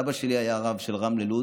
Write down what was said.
סבא שלי היה הרב של רמלה-לוד